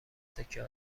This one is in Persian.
سکه